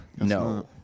No